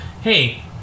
hey